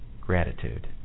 Gratitude